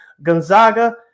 Gonzaga